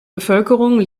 bevölkerung